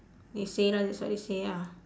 they say lah that's what they say ah